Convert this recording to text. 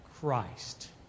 Christ